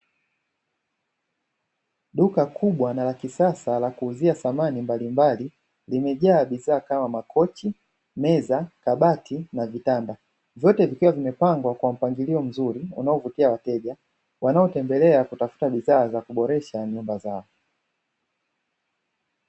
Duka kubwa na la kisasa la kuuzia samani mbalimbali, limejaa bidhaa kama: makochi, meza, kabati na vitanda, vyote vikiwa vimepangwa kwa mpangilio mzuri unaovutia wateja wanao tembelea kutafuta bidhaa za kuboresha nyumba zao.